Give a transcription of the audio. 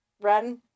run